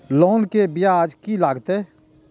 Loan के ब्याज की लागते?